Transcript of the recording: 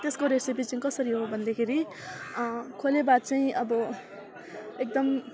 त्यसको रेसिपी चाहिँ कसरी हो भन्दाखेरि खोले भात चाहिँ अब एकदम